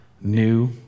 new